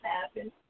happen